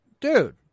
dude